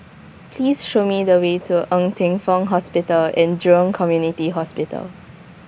Please Show Me The Way to Ng Teng Fong Hospital and Jurong Community Hospital